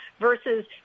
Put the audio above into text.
versus